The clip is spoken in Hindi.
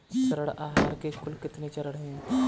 ऋण आहार के कुल कितने चरण हैं?